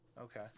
Okay